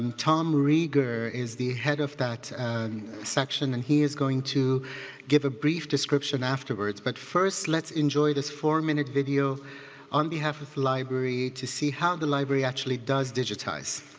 and tom rieger is the head of that section and he is going to give a brief description afterwards. but first let's enjoy this four-minute video on behalf of the library to see how the library actually does digitize.